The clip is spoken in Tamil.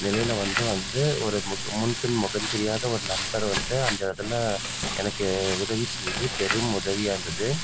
நிலையில் வந்து வந்து ஒரு முன் பின் முகம் தெரியாத ஒரு நண்பர் வந்து அந்த இடத்துல எனக்கு உதவி செஞ்சது பெரும் உதவியாக இருந்தது